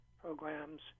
programs